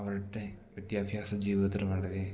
അവരുടെ വിദ്യാഭ്യാസ ജീവിതത്തിൽ വളരെ